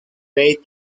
faith